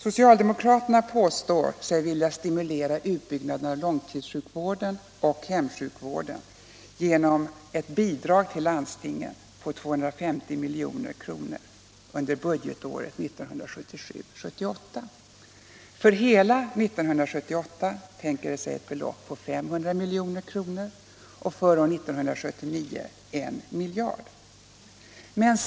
Socialdemokraterna påstår sig vilja stimulera utbyggnaden av långtidssjukvården och hemsjukvården genom att till landstingen ge ett bidrag på 250 milj.kr. budgetåret 1977/78. För hela år 1978 tänker de sig ett belopp på 500 milj.kr. och för år 1979 en miljard.